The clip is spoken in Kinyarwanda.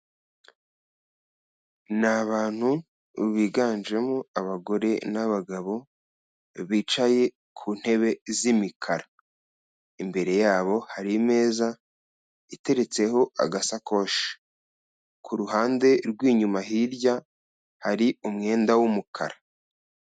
Ni abantu biganjemo abagore n'abagabo bicaye ku ntebe z'imikara, imbere yabo hari imeza iteretseho agasakoshi, ku ruhande rw'inyuma hirya hari umwenda w'umukara.